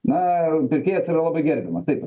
na pirkėjas yra labai gerbiamas taip